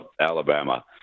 Alabama